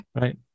right